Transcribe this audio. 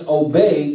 obey